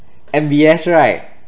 M_B_S right